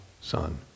Son